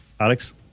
Alex